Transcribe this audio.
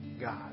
God